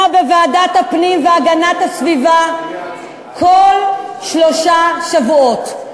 בוועדת הפנים והגנת הסביבה כל שלושה שבועות,